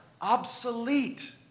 obsolete